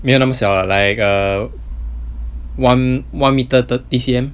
没有那么小 lah like err one one meter thirty C_M